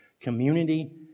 community